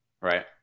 Right